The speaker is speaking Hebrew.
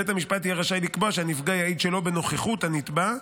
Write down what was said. בית המשפט יהיה רשאי לקבוע שהנפגע יעיד שלא בנוכחות הנתבע,